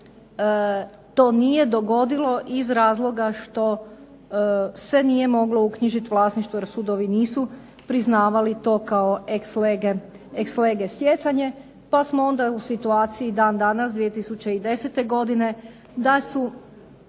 to nije dogodilo iz razloga što se nije moglo uknjižiti vlasništvo jer sudovi nisu priznavali to kao ex lege stjecanje, pa smo onda u situaciji dan danas 2010. godine da su